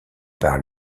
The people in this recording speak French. par